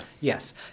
Yes